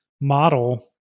model